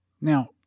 Now